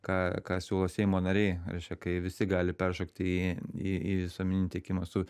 ką ką siūlo seimo nariai reiškia kai visi gali peršokti į į į visuomeninį tiekimą su